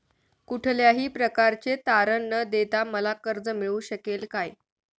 कुठल्याही प्रकारचे तारण न देता मला कर्ज मिळू शकेल काय?